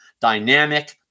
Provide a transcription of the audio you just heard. dynamic